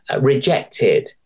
rejected